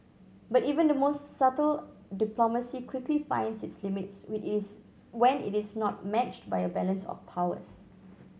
but even the most subtle diplomacy quickly finds its limits it is when it is not matched by a balance of powers